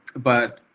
but